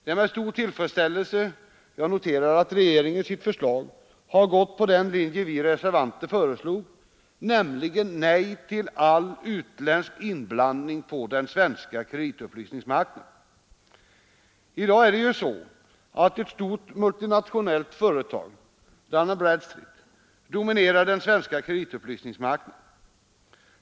Det är med stor tillfredsställelse jag noterar att regeringen i sitt förslag har följt den linje vi reservanter föreslog, nämligen nej till all utländsk inblandning på den svenska kreditupplysningsmarknaden. I dag är det ju så att ett stort multinationellt företag, Dun & Bradstreet, dominerar den svenska kreditupplysningsmarknaden.